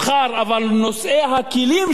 אבל נושאי הכלים שלו,